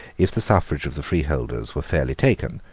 if the suffrage of the freeholders were fairly taken,